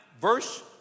verse